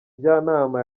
njyanama